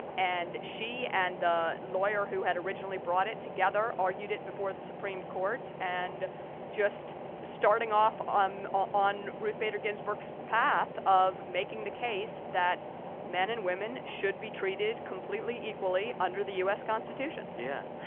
and she and the lawyer who had originally brought it together argued it before the supreme court and just starting off um on ruth bader ginsburg's path of making the case that men and women should be treated completely equally under the u s. constitution yeah,